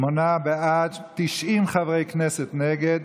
שמונה בעד, 90 חברי כנסת נגד.